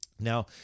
Now